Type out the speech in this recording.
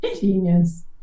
Genius